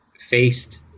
faced